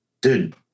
dude